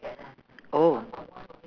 oh